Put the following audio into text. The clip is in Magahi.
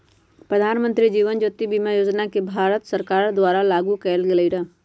प्रधानमंत्री जीवन ज्योति बीमा योजना के भारत सरकार द्वारा लागू कएल गेलई र